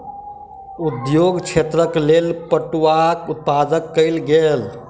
उद्योग क्षेत्रक लेल पटुआक उत्पादन कयल गेल